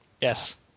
Yes